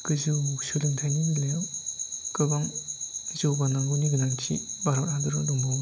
गोजौ सोलोंथाइनि बेलायाव गोबां जौगानांगौनि गोनांथि भारत हादराव दंबावो